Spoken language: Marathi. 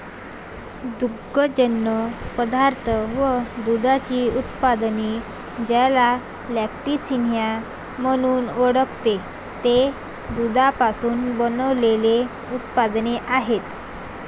दुग्धजन्य पदार्थ व दुधाची उत्पादने, ज्याला लॅक्टिसिनिया म्हणून ओळखते, ते दुधापासून बनविलेले उत्पादने आहेत